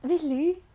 really